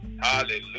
hallelujah